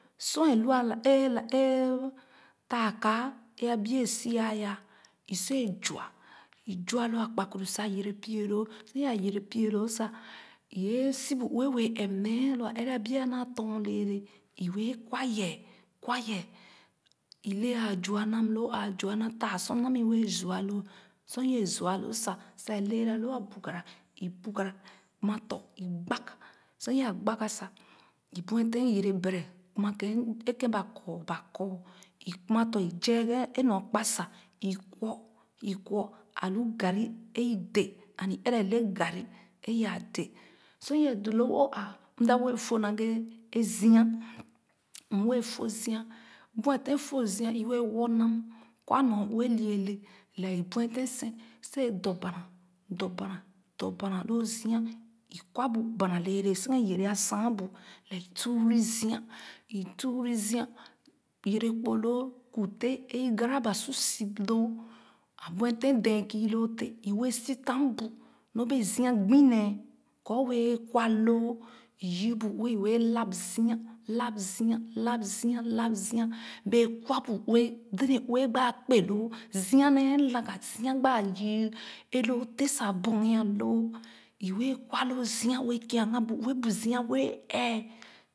Sor a lu a la ee la ee taa kaa ee abie a sia a ya i su wɛɛ zua i zua lo a kpakpuru sa yere pie loo sor ya yere pie loo sa i ye si bu ue wɛɛ ɛp nee loo a ɛrɛ a bie a naa tɔn lɛɛle i wɛɛ kwa yeeh kwa yeeh i le aa zua nam loo taasor nam i wɛɛ zua loo sor i wɛɛ zua loo sa a leera loo a burgara i bugara kuma tɔ̃ i gbag sor i yeeh gbag ga sa i buetèn yɛrɛ bere kuma kèn m ee kèn ba kor ba kɔr i kuma tɔ̃ i zee ghe nɔɔ kpasa i kwɔ i kwɔ alu garn ee i dɛɛ and i leera le ganari ee yaa dɛɛ sor i doo loo o aa m da wɛɛ fo naghe zia m wɛɛ fo zia bueten fo zii i wɛɛ wɔ̃ nam kwa nor ue lɛɛle le i bueten sen sa dɔ bana dɔ bana dɔ bana loo zii yɛrɛ kpo loo kutèh ee i garraba su sip loo a buete dèn kii loo tèh o wɛɛ sitam bu nyɔ bee zia gbunee kɔ o wɛɛ kwa loo i yii beeue i wɛɛ lap zia lap zua lap zia lap zia bee kwa bu ue tèdèn ue gba kpe loo zia ne laga zia gbaa yii ee loo teh sa bogea loo i wɛɛ kwa loo zia wɛɛ kia ghe bu ue bu zia wɛɛ ɛeḥ